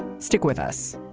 stick with us